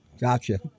Gotcha